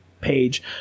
page